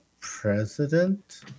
president